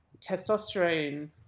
testosterone